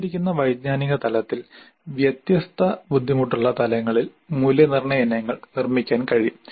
തന്നിരിക്കുന്ന വൈജ്ഞാനിക തലത്തിൽ വ്യത്യസ്ത ബുദ്ധിമുട്ടുള്ള തലങ്ങളിൽ മൂല്യനിർണ്ണയ ഇനങ്ങൾ നിർമ്മിക്കാൻ കഴിയും